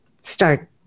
start